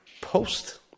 post